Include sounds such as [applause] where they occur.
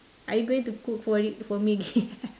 are you going to cook for it for me again [laughs]